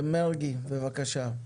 מרגי, בבקשה.